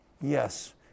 yes